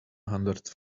hundredth